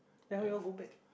then how you all go back